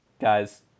Guys